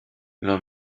leur